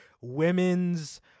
women's